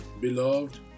Beloved